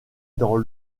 dans